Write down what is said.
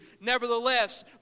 Nevertheless